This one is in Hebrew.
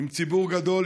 עם ציבור גדול,